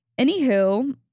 Anywho